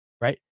right